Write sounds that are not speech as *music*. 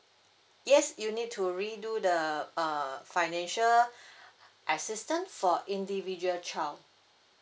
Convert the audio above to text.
yes you need to redo the uh financial *breath* assistance for individual child